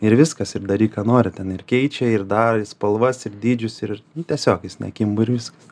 ir viskas ir daryk ką nori ten ir keičia ir dar spalvas ir dydžius ir tiesiog jis nekimba ir viskas